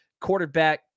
quarterback